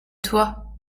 toi